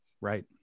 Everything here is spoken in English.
right